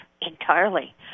entirely